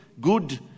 good